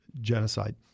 genocide